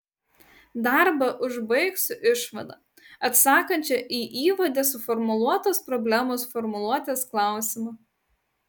darbą užbaigsiu išvada atsakančia į įvade suformuluotos problemos formuluotės klausimą